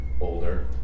older